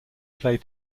play